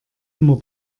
immer